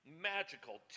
magical